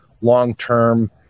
long-term